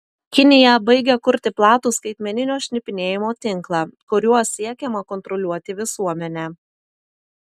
kinija baigia kurti platų skaitmeninio šnipinėjimo tinklą kuriuo siekiama kontroliuoti visuomenę